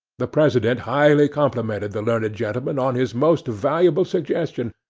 the president highly complimented the learned gentleman on his most valuable suggestion,